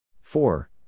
four